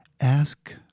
ask